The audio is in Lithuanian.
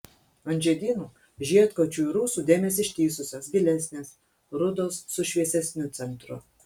ant žiedynų žiedkočių ir ūsų dėmės ištįsusios gilesnės rudos su šviesesniu centru